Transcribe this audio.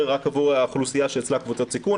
רק עבור האוכלוסייה שהיא קבוצת הסיכון.